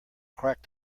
crack